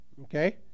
okay